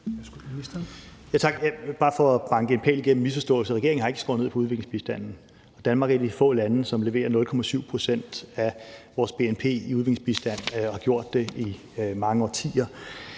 Kofod): Tak. Bare for at banke en pæl igennem misforståelserne vil jeg sige, at regeringen ikke har skåret ned på udviklingsbistanden. Danmark er et af de få lande, som leverer 0,7 pct. af vores bnp i udviklingsbistand og har gjort det i mange årtier,